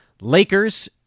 Lakers